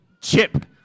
chip